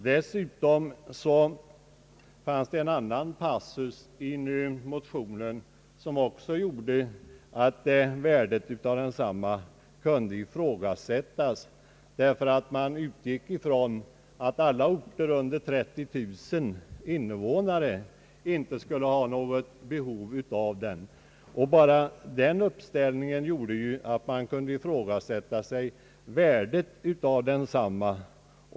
Dessutom fanns i motionerna en passus, som gjorde att värdet av denna hushållsredovisning kunde ifrågasättas. Man utgick nämligen ifrån att alla orter med under 30000 invånare inte skulle ha något behov av den. Bara det påståendet gjorde att man kunde ifrågasätta värdet av förslaget.